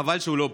חבל שהוא לא פה,